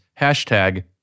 Hashtag